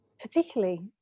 particularly